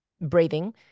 breathing